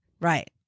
right